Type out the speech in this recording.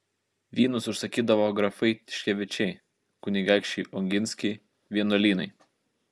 vynus užsakydavo grafai tiškevičiai kunigaikščiai oginskiai vienuolynai